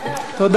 תודה.